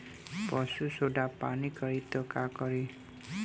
पशु सोडा पान करी त का करी?